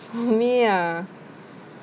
for me ah